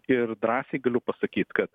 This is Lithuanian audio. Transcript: ir drąsiai galiu pasakyt kad